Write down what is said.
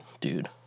dude